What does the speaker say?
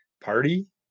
party